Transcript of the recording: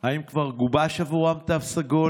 4. האם כבר גובש עבורם תו סגול?